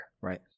Right